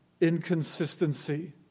inconsistency